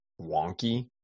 wonky